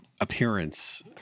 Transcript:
appearance